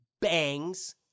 bangs